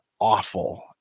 awful